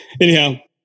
Anyhow